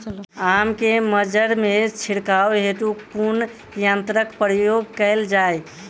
आम केँ मंजर मे छिड़काव हेतु कुन यंत्रक प्रयोग कैल जाय?